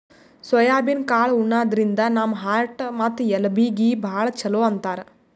soybean ಕಾಳ್ ಉಣಾದ್ರಿನ್ದ ನಮ್ ಹಾರ್ಟ್ ಮತ್ತ್ ಎಲಬೀಗಿ ಭಾಳ್ ಛಲೋ ಅಂತಾರ್